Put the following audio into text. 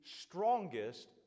strongest